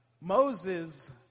Moses